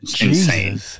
insane